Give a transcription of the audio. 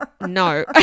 No